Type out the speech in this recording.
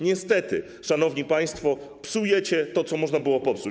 Niestety, szanowni państwo, psujecie to, co można było popsuć.